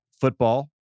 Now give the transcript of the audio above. football